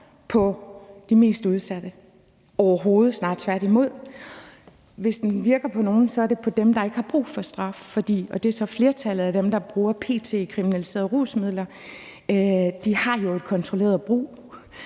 på de mest udsatte – snarere tværtimod. Hvis det virker på nogen, er det på dem, der ikke har brug for straf. Og flertallet af dem, der bruger p.t. kriminaliserede rusmidler, har jo et kontrolleret brug.